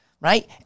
right